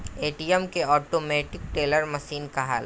ATM के automatic teller machine कहाला